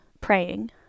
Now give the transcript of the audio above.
praying